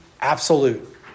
absolute